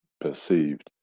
perceived